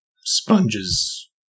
sponges